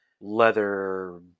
leather